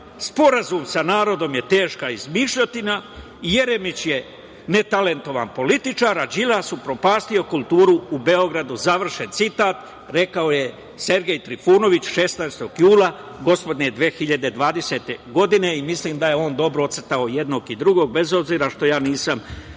Sporazum sa narodom je teška izmišljotina, Jeremić je netalentovan političar, a Đilas je upropastio kulturu u Beogradu.“ Završen citat, rekao je Sergej Trifunović 16. jula 2020. godine. Mislim da je on dobro ocrtao jednog i drugog, bez obzira što ja nisam